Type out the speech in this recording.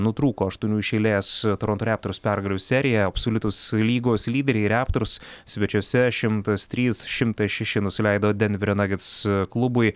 nutrūko aštuonių iš eilės toronto reptors pergalių serija absoliutus lygos lyderiai reptors svečiuose šimtas trys šimtas šeši nusileido denverio nagets klubui